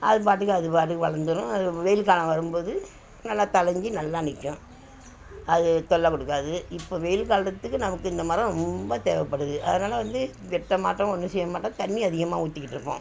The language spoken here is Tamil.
அது பாட்டுக்கு அது பாட்டுக்கு வளந்துடும் அது வெயில் காலம் வரும்போது நல்லா தழைஞ்சி நல்லா நிற்கும் அது தொல்லை கொடுக்காது இப்போ வெயில் காலத்துக்கு நமக்கு இந்த மரம் ரொம்ப தேவைப்படுது அதனால் வந்து வெட்டமாட்டோம் ஒன்றும் செய்ய மாட்டோம் தண்ணி அதிகமாக ஊத்திக்கிட்டிருப்போம்